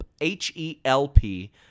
H-E-L-P